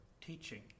teaching